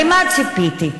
למה ציפיתי?